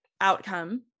outcome